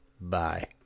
Bye